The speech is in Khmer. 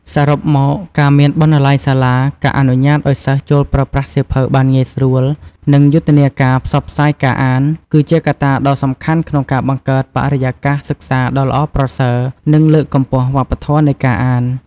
សរុបមក ការមានបណ្ណាល័យសាលា ការអនុញ្ញាតឱ្យសិស្សចូលប្រើប្រាស់សៀវភៅបានងាយស្រួល និងយុទ្ធនាការផ្សព្វផ្សាយការអាន គឺជាកត្តាដ៏សំខាន់ក្នុងការបង្កើតបរិយាកាសសិក្សាដ៏ល្អប្រសើរ និងលើកកម្ពស់វប្បធម៌នៃការអាន។